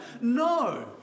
No